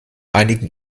einigen